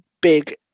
big